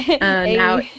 now